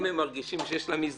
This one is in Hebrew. אם הם מרגישים שיש להם הזדמנות,